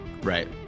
right